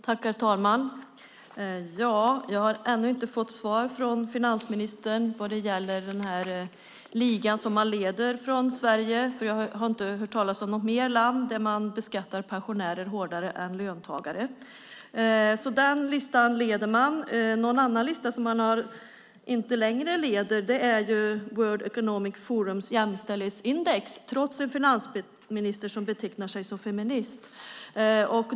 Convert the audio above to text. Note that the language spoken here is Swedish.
Herr talman! Jag har ännu inte fått svar från finansministern vad gäller ligan som Sverige leder. Jag har inte hört talas om något annat land där man beskattar pensionärer hårdare än löntagare. Den listan leder man. En lista som man inte längre leder är World Economic Forums jämställdhetsindex, trots en finansminister som betecknar sig som feminist.